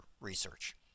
research